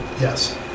yes